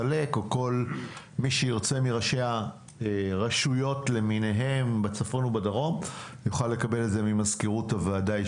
כל מי מראשי הרשויות שירצו יוכלו לקבל את זה ישירות ממזכירות הוועדה.